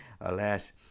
Alas